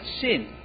sin